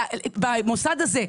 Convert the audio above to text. במוסד הזה,